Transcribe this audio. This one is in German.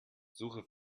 suche